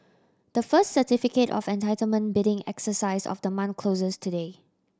the first Certificate of Entitlement bidding exercise of the month closes today